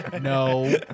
No